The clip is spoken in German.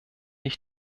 ich